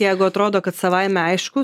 jeigu atrodo kad savaime aišku